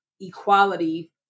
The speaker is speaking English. equality